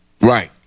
Right